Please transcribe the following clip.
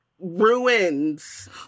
ruins